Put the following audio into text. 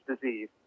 disease